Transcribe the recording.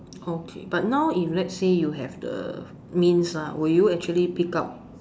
okay but now if let's say you have the means ah would you actually pick up